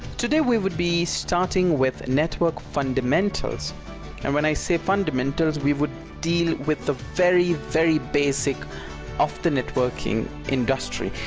today we would be starting with network fundamentals and when i say fundamentals we would deal with the very very basic of the networking industry.